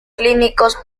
clínicos